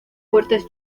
fuertes